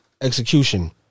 execution